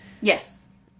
Yes